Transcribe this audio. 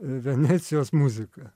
venecijos muzika